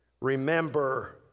remember